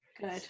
Good